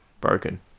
broken